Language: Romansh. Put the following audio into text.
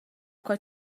quai